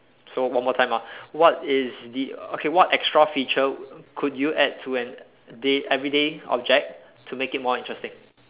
so one more time ah what is the okay what extra feature could you add to an day everyday object to make it more interesting